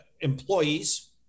employees